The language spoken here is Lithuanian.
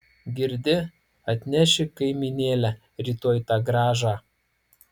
girdi atneši kaimynėle rytoj tą grąžą